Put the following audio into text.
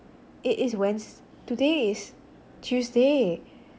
it is wedns~ today is tuesday